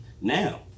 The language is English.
now